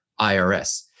IRS